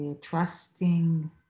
trusting